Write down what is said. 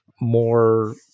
more